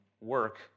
work